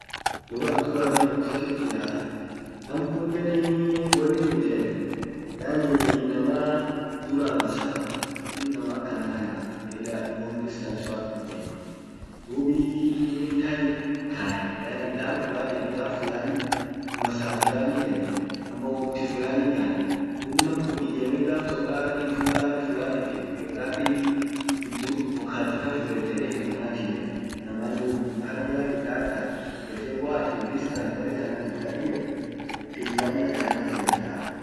duran duranii namtokkit jiraa, namkunenii wonnin ite, yaani inamaa duran safar inin inama akana kanaa, lilla long distance fa ijemaa, dub ee inin time kae, yaan kar fulaniaf kar fulani masaaf fulani gani ama wokti fulani gani, dub namkun ijeme gaf tok kar iddu kar fulanitif iyyo kar dibii iddu wokati tam fudete ede inamat himme, inamannen wokum kanan yaani kar kan hubete waatin distance bare tanatif tan ijemt wokti fulani akanatan fuletaa.